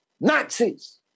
Nazis